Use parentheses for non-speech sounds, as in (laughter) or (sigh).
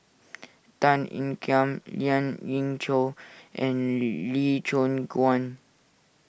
Tan Ean Kiam Lien Ying Chow and (noise) Lee Choon Guan